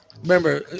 Remember